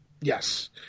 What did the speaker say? Yes